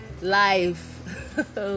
life